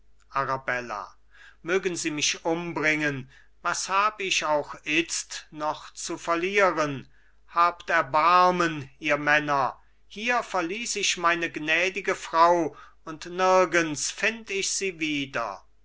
arabella mögen sie mich umbringen was hab ich auch itzt noch zu verlieren habt erbarmen ihr männer hier verließ ich meine gnädige frau und nirgends find ich sie wieder